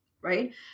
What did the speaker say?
Right